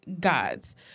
gods